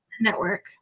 Network